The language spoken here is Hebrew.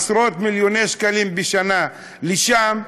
עשרות-מיליוני שקלים בשנה לשם,